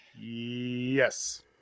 Yes